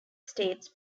states